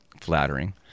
flattering